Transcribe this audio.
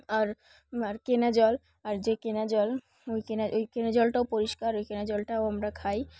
আর আর কেনা জল আর যে কেনা জল ওই কেনা ওই কেনা জলটাও পরিষ্কার ওই কেনা জলটাও আমরা খাই